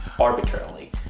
arbitrarily